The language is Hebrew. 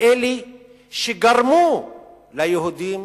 מאלה שגרמו ליהודים